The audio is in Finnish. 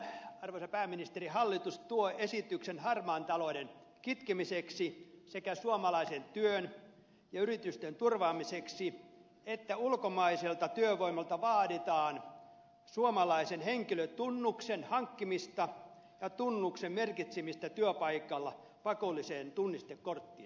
milloin arvoisa pääministeri hallitus tuo esityksen harmaan talouden kitkemiseksi sekä suomalaisen työn ja yritysten turvaamiseksi niin että ulkomaiselta työvoimalta vaaditaan suomalaisen henkilötunnuksen hankkimista ja tunnuksen merkitsemistä työpaikalla pakolliseen tunnistekorttiin